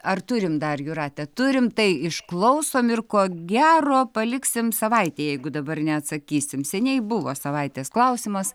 ar turim dar jūrate tu rimtai išklausom ir ko gero paliksim savaitei jeigu dabar neatsakysim seniai buvo savaitės klausimas